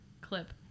clip